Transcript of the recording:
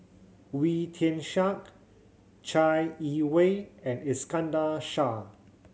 Wee Tian Siak Chai Yee Wei and Iskandar Shah